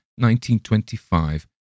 1925